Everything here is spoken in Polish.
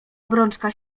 obrączka